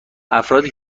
افرادی